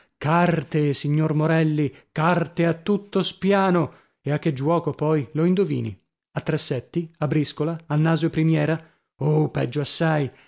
carte signor morelli carte a tutto spiano e a che giuoco poi lo indovini a tressetti a briscola a naso e primiera oh peggio assai